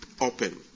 open